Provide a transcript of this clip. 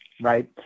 Right